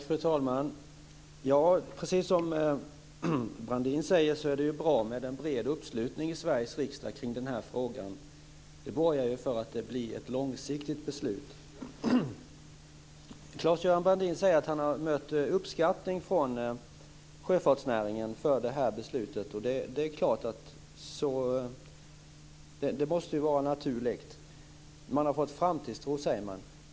Fru talman! Precis som Brandin säger är det bra med en bred uppslutning i Sveriges riksdag kring denna fråga. Det borgar för att det blir ett långsiktigt beslut. Claes-Göran Brandin säger att han har mött uppskattning från sjöfartsnäringen för detta beslut, och det måste ju vara naturligt. Man har fått framtidstro, säger man.